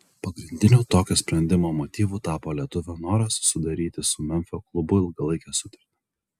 pagrindiniu tokio sprendimo motyvu tapo lietuvio noras sudaryti su memfio klubu ilgalaikę sutartį